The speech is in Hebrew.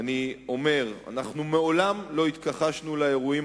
אני אומר: מעולם לא התכחשנו לאירועים